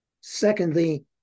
Secondly